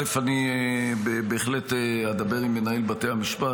קודם כול, אני בהחלט אדבר עם מנהל בתי המשפט.